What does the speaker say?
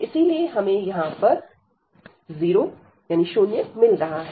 इसीलिए हमें यहां पर 0 मिल रहा है